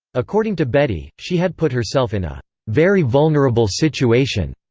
according to bedi, she had put herself in a very vulnerable situation,